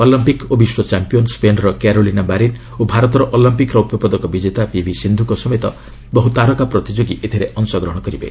Olympic ଓ ବିଶ୍ୱ champion ସ୍ୱେନ୍ର କାରୋଲିନା ମାରିନ୍ ଓ ଭାରତର ଅଲମ୍ପିକ ରୌପ୍ୟପଦକ ବିଜେତା ପିଭି ସିନ୍ଧୁଙ୍କ ସମେତ ବହୁ ତାରକା ପ୍ରତିଯୋଗୀ ଏଥିରେ ଅଂଶଗ୍ରହଣ କରିବେ